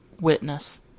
witness